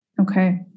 Okay